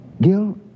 Gil